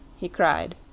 he cried.